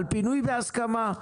על פינוי בהסכמה.